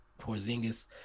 Porzingis